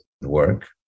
work